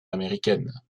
américaine